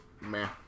meh